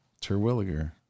Terwilliger